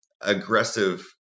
aggressive